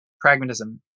pragmatism